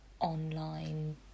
online